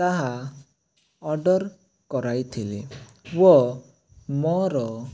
ତାହା ଅର୍ଡ଼ର କରାଇ ଥିଲି ୱ ମୋର